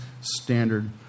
standard